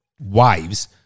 wives